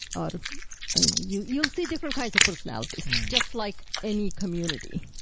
or you'll you'll see different kinds of personalities, just like any community.